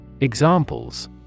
Examples